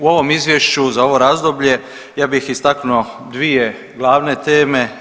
U ovom izvješću za ovo razdoblje ja bih istaknuo dvije glavne teme.